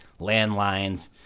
Landlines